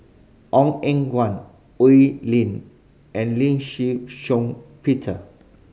Ong Eng Guan Oi Lin and Lee Shih Shiong Peter